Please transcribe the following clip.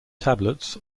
tablets